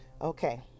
Okay